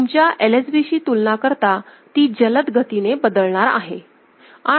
तुमच्या LSB शी तुलना करता ती जलद गतीने बदलणार आहे